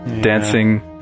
dancing